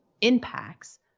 impacts